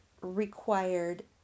required